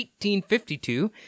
1852